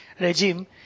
regime